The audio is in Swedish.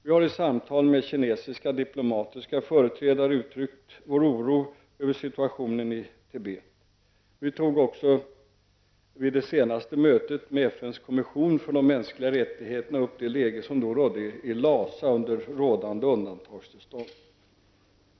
Vi har i samtal med kinesiska diplomatiska företrädare uttryckt vår oro över situationen i Tibet. Vi tog också vid det senaste mötet med FNs kommission för de mänskliga rättigheterna upp det läge som då rådde i Lhasa under rådande undantagstillstånd.